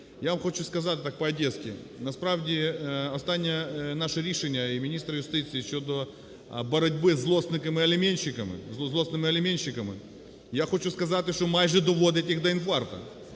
Я вам хочу сказати так, по-одеськи, насправді останнє наше рішення і міністра юстиції щодо боротьби з злісними аліменщиками, я хочу сказати, що майже доводить їх до інфаркту,